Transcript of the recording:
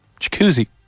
Jacuzzi